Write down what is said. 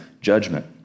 judgment